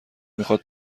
میخواد